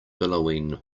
billowing